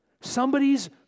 Somebody's